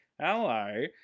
Hello